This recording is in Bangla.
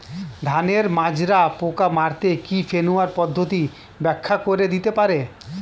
ধানের মাজরা পোকা মারতে কি ফেরোয়ান পদ্ধতি ব্যাখ্যা করে দিতে পারে?